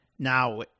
Now